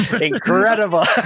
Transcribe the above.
Incredible